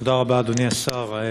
תודה רבה, אדוני השר.